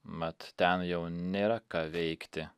mat ten jau nėra ką veikti